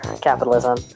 capitalism